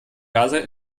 gase